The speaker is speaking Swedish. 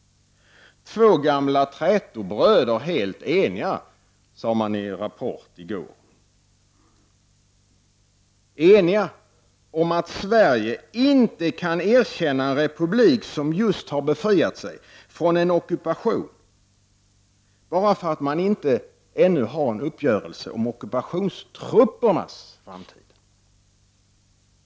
”Två gamla trätobröder är helt eniga”, sade man i Rapport i går — eniga om att Sverige inte kan erkänna en republik som just befriat sig från en ockupation, bara för att man ännu inte har en uppgörelse om ockupationstruppernas framtid.